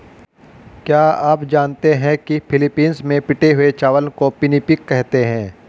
क्या आप जानते हैं कि फिलीपींस में पिटे हुए चावल को पिनिपिग कहते हैं